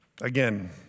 Again